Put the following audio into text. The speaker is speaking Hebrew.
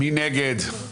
מי נגד?